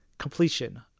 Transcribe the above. completion